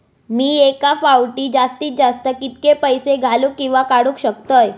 मी एका फाउटी जास्तीत जास्त कितके पैसे घालूक किवा काडूक शकतय?